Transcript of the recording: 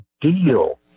deal